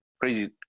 crazy